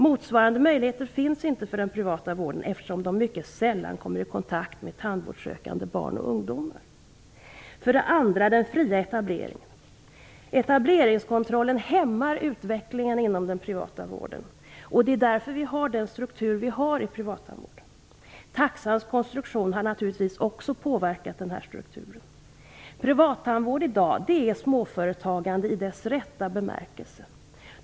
Motsvarande möjligheter finns inte inom den privata vården, eftersom den mycket sällan kommer i kontakt med tandvårdssökande barn och ungdomar. För det andra: Etableringskontrollen hämmar utvecklingen inom den privata vården. Det är därför som vi den struktur som vi har inom privattandvården. Taxans konstruktion har naturligtvis också påverkat strukturen. Privattandvård i dag är småföretagande i dess rätta bemärkelse.